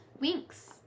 Winks